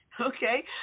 Okay